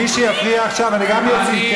מי שיפריע עכשיו, אני גם אוציא.